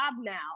now